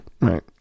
right